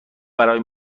برای